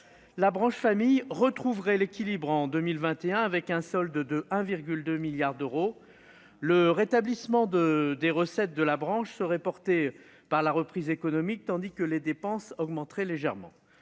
la branche famille retrouverait l'équilibre en 2021 avec un solde de 1,2 milliard d'euros. Le rétablissement des recettes de la branche serait porté par la reprise économique, tandis que les dépenses augmenteraient légèrement.